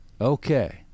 Okay